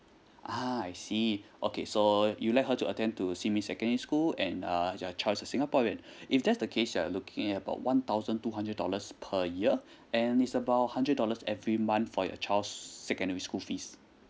ah I see okay so you like her to attend to xinmin secondary school and uh your child is a singaporean if that's the case you are looking about one thousand two hundred dollars per year and is about hundred dollars every month for your child's secondary school fees